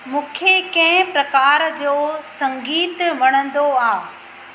मूंखे कंहिं प्रकार जो संगीत वणंदो आहे